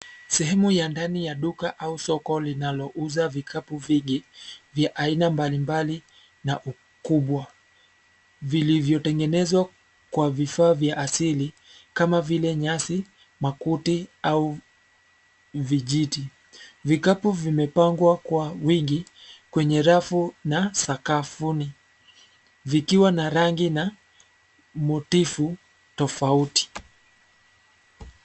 Sehemu ya ndani ya duka au soko linalouza vikapu vingi, vya aina mbalimbali, na ukubwa. Vilivyotengenezwa kwa vifaa vya asili kama vile: nyasi, makuti, au vijiti. Vikapu vimepangwa kwa wingi, kwenye rafu na sakafuni, vikiwa na rangi na motifu, tofauti.